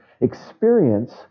experience